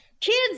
Kids